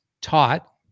taught